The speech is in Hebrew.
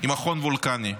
היא מכון וולקני,